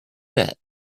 that